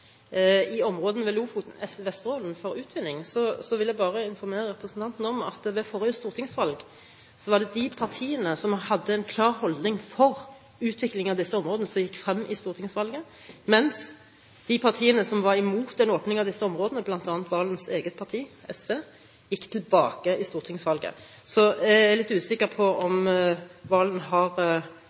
i områdene ved Lofoten og Vesterålen for utvinning, vil jeg bare informere representanten om at ved forrige stortingsvalg var det de partiene som hadde en klar holdning for utvikling av disse områdene, som gikk frem i stortingsvalget, mens de partiene som var imot en åpning av disse områdene, bl.a. Serigstad Valens eget parti, SV, gikk tilbake i stortingsvalget. Så jeg er litt usikker på om Serigstad Valen egentlig har